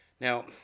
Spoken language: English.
Now